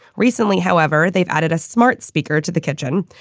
recently, however, they've added a smart speaker to the kitchen.